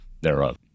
thereof